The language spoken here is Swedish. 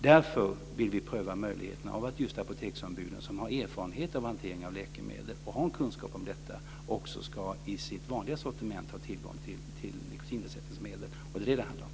Därför vill vi pröva möjligheten av att apoteksombuden, som har erfarenhet av hantering av läkemedel, också i sitt vanliga sortiment ska ha tillgång till nikotinersättningsmedel. Det är det det handlar om.